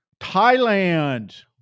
Thailand